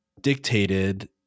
dictated